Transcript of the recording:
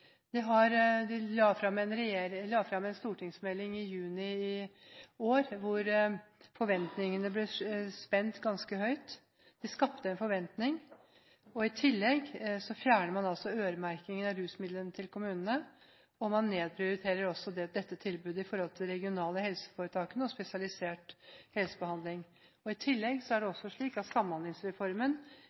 tenkelige tidspunkt. Regjeringen la fram en stortingsmelding i juni i år, hvor forventningene ble spent ganske høyt – de skapte en forventning. I tillegg fjerner man altså øremerkingen av rusmidlene til kommunene, og man nedprioriterer også dette tilbudet i forhold til de regionale helseforetakene og spesialisert helsebehandling. Det er også slik at Samhandlingsreformen